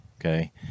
Okay